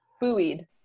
Buoyed